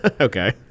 Okay